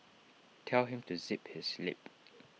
tell him to zip his lip